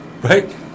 Right